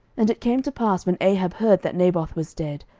and it came to pass, when ahab heard that naboth was dead,